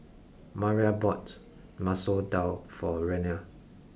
Mariah bought Masoor Dal for Reyna